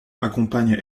accompagne